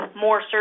more